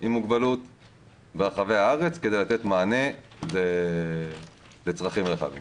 עם מוגבלות ברחבי הארץ כדי לתת מענה לצרכים רחבים.